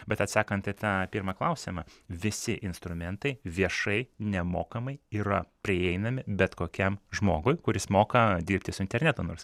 bet atsakant į tą pirmą klausimą visi instrumentai viešai nemokamai yra prieinami bet kokiam žmogui kuris moka dirbti su internetu nors